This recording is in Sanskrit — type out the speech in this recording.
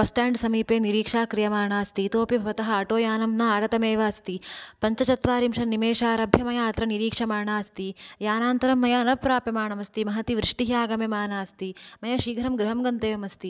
बस स्टेण्ड् समीपे निरीक्षा क्रियमाणा अस्ति इतोऽपि भवतः अटोयानम् न आगतम् एव अस्ति पञ्चचत्वारिंशत् निमेषारभ्य मया अत्र निरीक्षमाणा अस्ति यानानन्तरं मया न प्राप्यमानम् अस्ति महती वृष्टिः आगम्यमाना अस्ति मया शीघ्रं गृहं गन्तव्यम् अस्ति